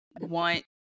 want